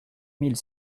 mille